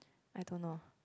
I don't know